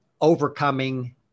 overcoming